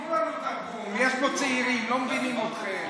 יש פה צעירים, לא מבינים אתכם.